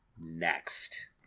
next